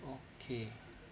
okay